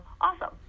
awesome